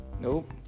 Nope